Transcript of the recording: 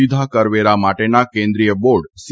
સીધા કરવેરા માટેના કેન્દ્રિય બોર્ડ સી